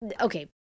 okay